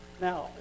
now